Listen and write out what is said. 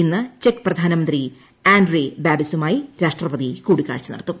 ഇന്ന് ചെക്ക് പ്രധാനമന്ത്രി ആൻഡ്രൈ ബേബി സുമായി രാഷ്ട്രപതി കൂടിക്കാഴ്ച നടത്തും